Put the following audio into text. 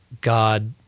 God